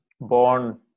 born